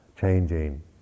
changing